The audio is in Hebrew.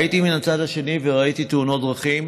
הייתי מן הצד השני, וראיתי תאונות דרכים